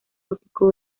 gótico